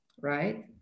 right